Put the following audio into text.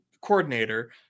coordinator